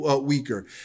weaker